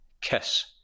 KISS